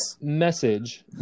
message